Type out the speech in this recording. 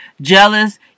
jealous